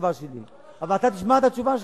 אתה תשמע את התשובה שלי.